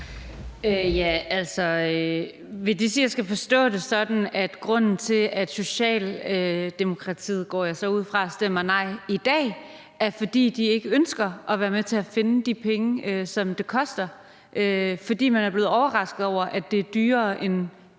(LA): Vil det sige, at jeg skal forstå det sådan, at grunden til, at jeg kan gå ud fra, at Socialdemokratiet stemmer nej i dag, er, at de ikke ønsker at være med til at finde de penge, som det koster, fordi man er blevet overrasket over, at det er dyrere end